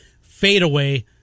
fadeaway